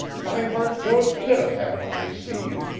my heart goes pit-a-pat when i see you,